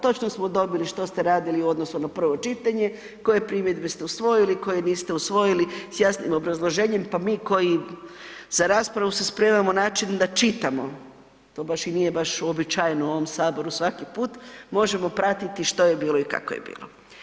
Točno smo dobili što ste radili u odnosu na prvo čitanje, koje primjedbe ste usvojili, koje niste usvojili s jasnim obrazloženjem pa mi koji za raspravu se spremamo na način da čitamo, to baš i nije baš i uobičajeno u ovom Saboru svaki put, možemo pratiti što je bilo i kako je bilo.